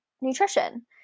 nutrition